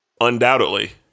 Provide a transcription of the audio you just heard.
Undoubtedly